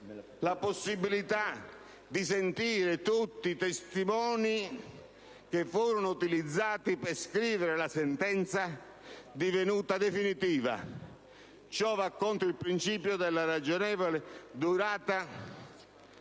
la possibilità di sentire tutti testimoni che furono utilizzati per scrivere la sentenza divenuta definitiva. Ciò va contro il principio della ragionevole durata